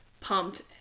pumped